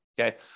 Okay